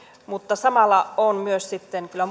mutta samalla on kyllä